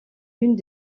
unes